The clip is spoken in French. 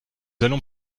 allons